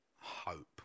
hope